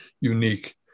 unique